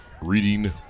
Reading